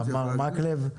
מר מקלב,